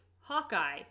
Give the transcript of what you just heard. Hawkeye